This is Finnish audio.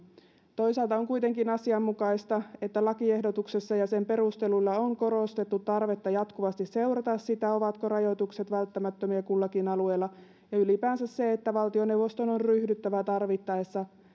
toisaalta on kuitenkin asianmukaista että lakiehdotuksessa ja sen perusteluilla on korostettu tarvetta jatkuvasti seurata sitä ovatko rajoitukset välttämättömiä kullakin alueella ja ylipäänsä se että valtioneuvoston on ryhdyttävä tarvittaessa